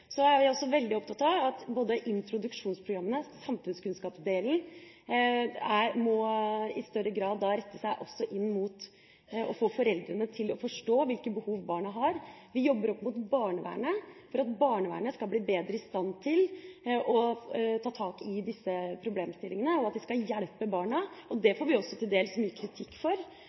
er også veldig opptatt av at samfunnskunnskapsdelen i introduksjonsprogrammene i større grad må rette seg inn mot å få foreldrene til å forstå hvilke behov barna har. Vi jobber opp mot barnevernet for at de skal bli bedre i stand til å ta tak i disse problemstillingene og hjelpe barna. Det får vi til dels mye kritikk for,